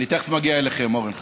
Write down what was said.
אני תכף מגיע אליכם, אורן חזן.